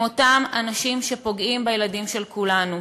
אותם אנשים שפוגעים בילדים של כולנו.